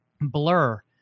Blur